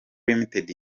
ltd